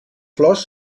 flors